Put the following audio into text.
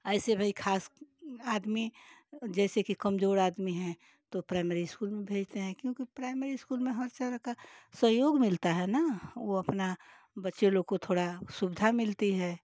ऐसे भाई खास आदमी जैसे कि कमज़ोर आदमी है तो प्राइमरी स्कूल में भेजते हैं क्योंकि प्राइमरी स्कूल में हर तरह का सहयोग मिलता है ना वो अपना बच्चे लोग को थोड़ा सुविधा मिलती है